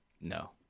No